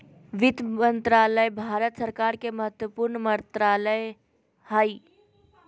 वित्त मंत्रालय भारत सरकार के महत्वपूर्ण मंत्रालय हइ